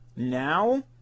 Now